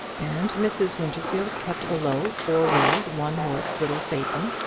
and mrs. winterfield kept a low, four-wheeled, one-horsed little phaeton,